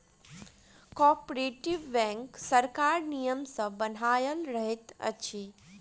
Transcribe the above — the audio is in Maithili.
कोऔपरेटिव बैंक सरकारक नियम सॅ बन्हायल रहैत अछि